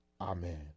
Amen